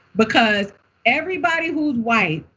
because everybody who's white,